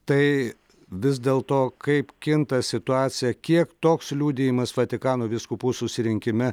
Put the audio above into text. tai vis dėl to kaip kinta situacija kiek toks liudijimas vatikano vyskupų susirinkime